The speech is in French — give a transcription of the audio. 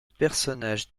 personnage